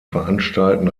veranstalten